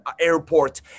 airport